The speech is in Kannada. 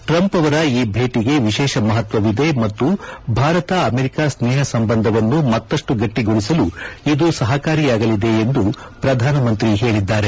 ಟ್ರಂಪ್ ಅವರ ಈ ಭೇಟಿಗೆ ವಿಶೇಷ ಮಪತ್ವವಿದೆ ಮತ್ತು ಭಾರತ ಆಮೆರಿಕ ಸ್ನೇಪ ಸಂಬಂಧವನ್ನು ಮತ್ತಷ್ಟು ಗಟ್ಟಗೊಳಿಸಲು ಇದು ಸಪಕಾರಿಯಾಗಲಿದೆ ಎಂದು ಪ್ರಧಾನಮಂತ್ರಿ ಹೇಳಿದ್ದಾರೆ